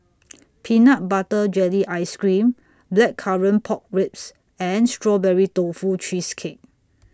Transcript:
Peanut Butter Jelly Ice Cream Blackcurrant Pork Ribs and Strawberry Tofu Cheesecake